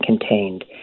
contained